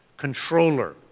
controller